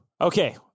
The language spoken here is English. Okay